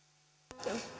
arvoisa